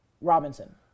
Robinson